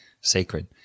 sacred